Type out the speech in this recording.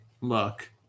look